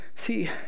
See